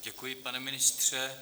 Děkuji, pane ministře.